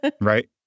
right